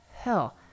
hell